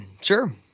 Sure